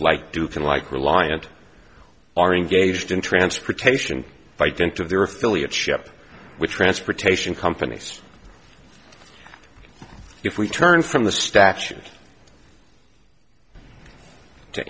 like duke unlike reliant are engaged in transportation by dint of their affiliate ship which transportation companies if we turn from the statute to